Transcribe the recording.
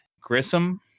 Grissom